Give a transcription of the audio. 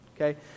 Okay